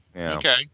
Okay